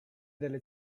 delle